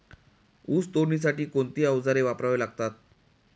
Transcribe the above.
ऊस तोडणीसाठी कोणती अवजारे वापरावी लागतात?